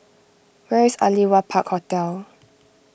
where is Aliwal Park Hotel